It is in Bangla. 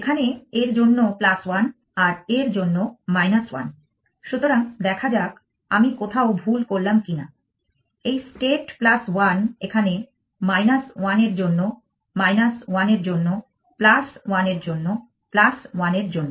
এখানে এর জন্য 1 আর এর জন্য 1 সুতরাং দেখা যাক আমি কোথাও ভুল করলাম কিনা এই স্টেট 1 এখানে 1 এর জন্য 1 এর জন্য 1 এর জন্য 1 এর জন্য